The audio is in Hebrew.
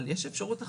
אבל יש אפשרות אחרת.